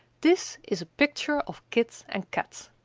this is a picture of kit and kat.